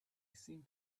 seemed